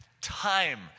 time